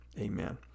Amen